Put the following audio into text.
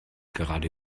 gerade